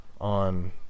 on